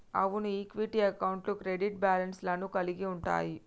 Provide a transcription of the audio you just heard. అవును ఈక్విటీ అకౌంట్లు credit balance లను కలిగి ఉంటయ్యి